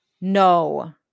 no